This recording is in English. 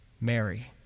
Mary